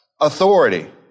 authority